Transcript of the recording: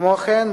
כמו כן,